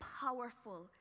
powerful